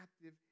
active